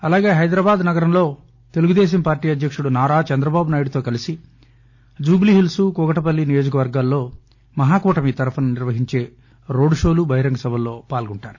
అలాగే హైదరాబాద్ నగరంలో తెలుగుదేశంపార్టీ అధ్యకుడు నారా చంద్రబాబునాయుడుతో కలిసి జుబ్లీహిల్స్ కూకట్పల్లి నియోజకవర్గాల్లో మహాకూటమి తరఫున నిర్వహించే రోడ్డు షోలు బహిరంగ సభల్లో పాల్గొంటారు